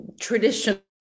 traditional